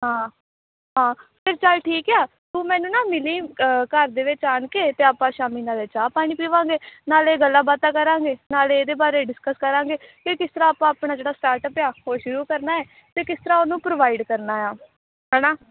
ਹਾਂ ਹਾਂ ਅਤੇ ਚੱਲ ਠੀਕ ਆ ਤੂੰ ਮੈਨੂੰ ਨਾ ਮਿਲੀ ਘਰ ਦੇ ਵਿੱਚ ਆਣ ਕੇ ਅਤੇ ਆਪਾਂ ਸ਼ਾਮੀ ਨਾਲੇ ਚਾਹ ਪਾਣੀ ਪੀਵਾਂਗੇ ਨਾਲੇ ਗੱਲਾਂ ਬਾਤਾਂ ਕਰਾਂਗੇ ਨਾਲੇ ਇਹਦੇ ਬਾਰੇ ਡਿਸਕਸ ਕਰਾਂਗੇ ਕਿ ਕਿਸ ਤਰ੍ਹਾਂ ਆਪਾਂ ਆਪਣਾ ਜਿਹੜਾ ਸਟਾਰਟਅਪ ਆ ਉਹ ਸ਼ੁਰੂ ਕਰਨਾ ਹੈ ਅਤੇ ਕਿਸ ਤਰ੍ਹਾਂ ਉਹਨੂੰ ਪ੍ਰੋਵਾਈਡ ਕਰਨਾ ਆ ਹੈ ਨਾ